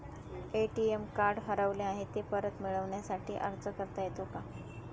ATM card हरवले आहे, ते परत मिळण्यासाठी अर्ज करता येतो का?